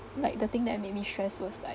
like the thing that make me stressed was like